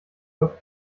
läuft